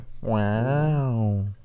wow